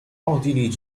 奥地利